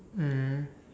mm